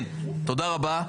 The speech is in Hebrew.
כן, תודה רבה.